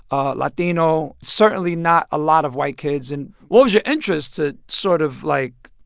ah latino certainly, not a lot of white kids. and what was your interest to sort of, like,